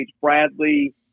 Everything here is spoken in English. Bradley